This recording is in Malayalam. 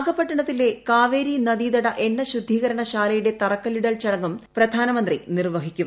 നാഗപട്ടണത്തിലെ കാവേരി നദീതട എണ്ണ ശുദ്ധീകരണ് ശാലയുടെ തറക്കല്ലിടൽ ചടങ്ങും പ്രധാനമന്ത്രി നിർവ്വഹിക്കും